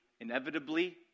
inevitably